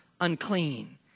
unclean